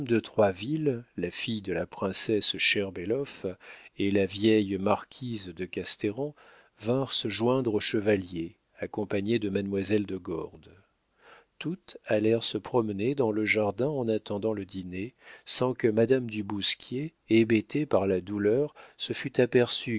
la fille de la princesse sherbellof et la vieille marquise de castéran vinrent se joindre au chevalier accompagnées de mademoiselle de gordes toutes allèrent se promener dans le jardin en attendant le dîner sans que madame du bousquier hébétée par la douleur se fût aperçue